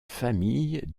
famille